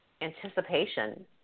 anticipation